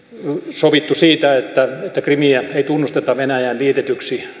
sovittu siitä että että krimiä ei tunnusteta venäjään liitetyksi